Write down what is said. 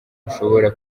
ushobora